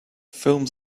films